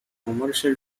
commercial